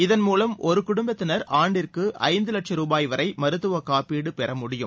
இதன் மூலம் ஒருகுடும்பத்தினர் ஆண்டிற்குஐந்துலட்சம் ருபாய் வரைமருத்துவகாப்பீடுபெற முடியும்